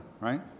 right